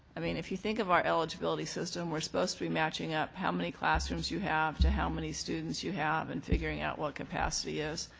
i mean if you think of our eligibility system, we're supposed to be matching up how many classrooms you have to how many students you have and figuring out what capacity is.